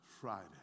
Friday